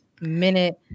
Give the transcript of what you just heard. minute